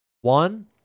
one